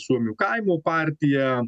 suomių kaimo partija